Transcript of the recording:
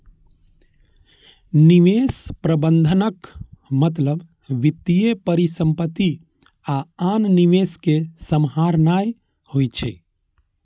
निवेश प्रबंधनक मतलब वित्तीय परिसंपत्ति आ आन निवेश कें सम्हारनाय होइ छै